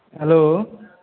hello